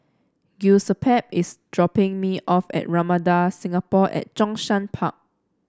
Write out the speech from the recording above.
Giuseppe is dropping me off at Ramada Singapore at Zhongshan Park